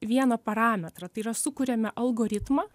vieną parametrą tai yra sukuriame algoritmą